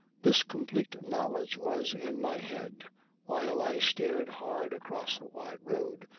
this complete knowledge was in my head while i stared hard across the wide road,